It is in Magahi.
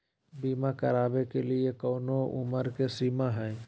बीमा करावे के लिए कोनो उमर के सीमा है?